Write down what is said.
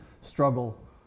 struggle